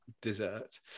dessert